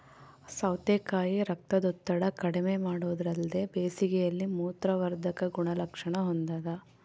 ಸೌತೆಕಾಯಿ ರಕ್ತದೊತ್ತಡ ಕಡಿಮೆಮಾಡೊದಲ್ದೆ ಬೇಸಿಗೆಯಲ್ಲಿ ಮೂತ್ರವರ್ಧಕ ಗುಣಲಕ್ಷಣ ಹೊಂದಾದ